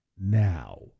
now